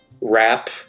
rap